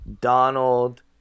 Donald